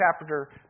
chapter